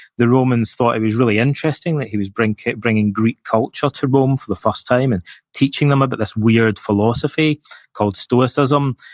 the romans thought he was really interesting, that he was bringing bringing greek culture to rome for the first time, and teaching them about ah but this weird philosophy called stoicism.